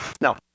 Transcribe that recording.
Now